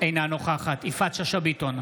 אינה נוכחת יפעת שאשא ביטון,